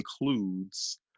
includes